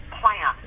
plan